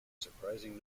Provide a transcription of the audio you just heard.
surprising